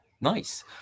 Nice